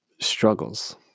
struggles